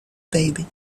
baby